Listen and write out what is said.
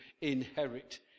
inherit